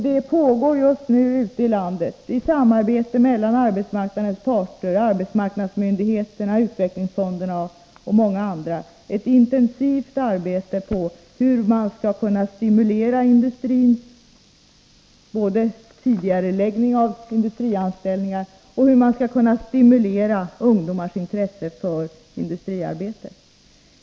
Det pågår just nu ute i landet, i samverkan mellan arbetsmarknadens parter, arbetsmarknadsmyndigheterna, utvecklingsfonderna och många andra, ett intensivt arbete när det gäller både hur man skall kunna stimulera industrin till tidigareläggning av industrianställningar och hur man skall kunna stimulera ungdomar till intresse för industriarbete.